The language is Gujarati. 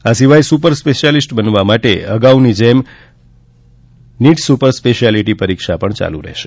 આ સિવાય સુપર સ્પેશિયાલીસ્ટ બનવા માટે અગાઉની જેમ નોટ સુપર સ્પેશિયાલીટી પરીક્ષા પણ ચાલુ રહેશે